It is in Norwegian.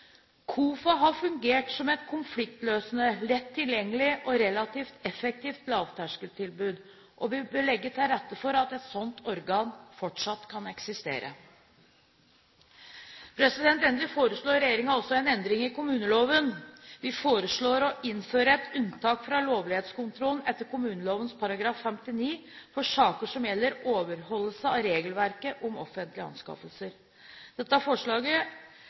har fungert som et konfliktløsende, lett tilgjengelig og relativt effektivt lavterskeltilbud, og vi bør legge til rette for at et sånt organ fortsatt kan eksistere. Endelig foreslår regjeringen også en endring i kommuneloven. Vi foreslår å innføre et unntak fra lovlighetskontrollen etter kommuneloven § 59 for saker som gjelder overholdelse av regelverket om offentlige anskaffelser. Dette forslaget